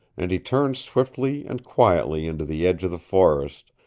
and he turned swiftly and quietly into the edge of the forest,